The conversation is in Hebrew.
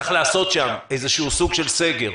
צריך לעשות שם איזה סוג של סגר,